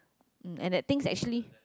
um and that things actually